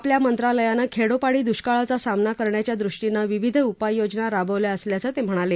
आपल्या मंत्रालयानं खेडोपाडी दुष्काळाचा सामना करण्याच्या दृष्टीनं विविध उपाययोजना राबवल्या असल्याचं ते म्हणाले